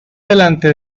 delante